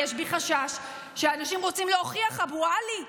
יש בי חשש שהאנשים רוצים להוכיח אבו עלי,